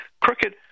crooked